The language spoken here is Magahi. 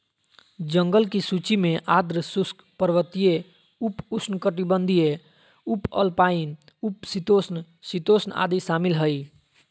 जंगल की सूची में आर्द्र शुष्क, पर्वतीय, उप उष्णकटिबंधीय, उपअल्पाइन, उप शीतोष्ण, शीतोष्ण आदि शामिल हइ